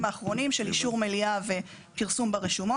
האחרונים של אישור מליאה ופרסום ברשומות.